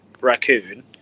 raccoon